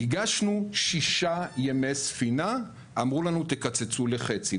הגשנו שישה ימי ספינה, אמרו לנו "תקצצו בחצי".